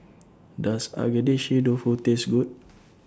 Does Agedashi Dofu Taste Good